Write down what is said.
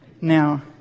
Now